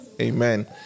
Amen